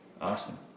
Awesome